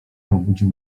obudził